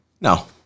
No